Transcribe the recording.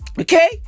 Okay